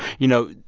you know,